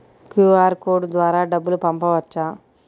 QR code ద్వారా డబ్బులు పంపవచ్చా?